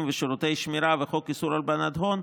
ושירותי שמירה וחוק איסור הלבנת הון,